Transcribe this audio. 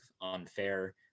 unfair